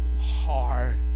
hard